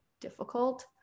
difficult